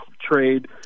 trade